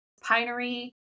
Pinery